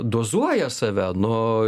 dozuoja save nu